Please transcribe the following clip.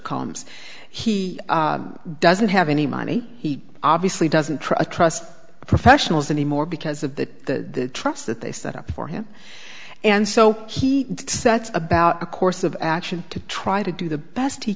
combs he doesn't have any money he obviously doesn't try to trust the professionals anymore because of the trust that they set up for him and so he set about a course of action to try to do the best he